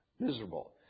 miserable